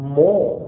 more